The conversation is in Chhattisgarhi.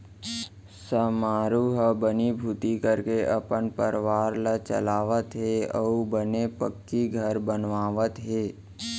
समारू ह बनीभूती करके अपन परवार ल चलावत हे अउ बने पक्की घर बनवावत हे